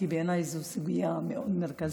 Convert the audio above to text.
כי בעיניי זו סוגיה מאוד מרכזית.